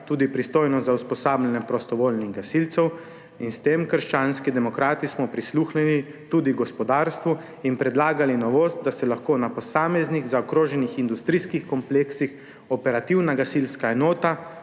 tudi pristojnost za usposabljanje prostovoljnih gasilcev in s tem smo Krščanski demokrati prisluhnili tudi gospodarstvu in predlagali novost, da se lahko na posameznih zaokroženih industrijskih kompleksih operativna gasilska enota